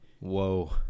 Whoa